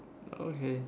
okay